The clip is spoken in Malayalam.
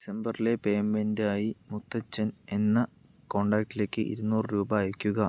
ഡിസംബറിലെ പേയ്മെൻറ്റായി മുത്തച്ഛൻ എന്ന കോണ്ടാക്ടിലേക്ക് ഇരുന്നൂറ് രൂപ അയയ്ക്കുക